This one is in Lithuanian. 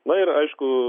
na ir aišku